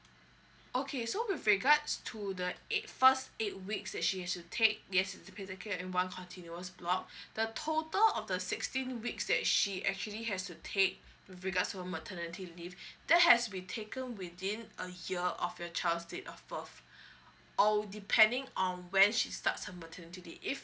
okay so with regards to the eight first eight weeks that she has to take yes be in one continuous block the total of the sixteen weeks that she actually has to take with regards to her maternity leave that has be taken within a year of your child date of birth or depending on when she starts her maternity leave if